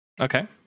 Okay